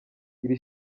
iri